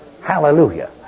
Hallelujah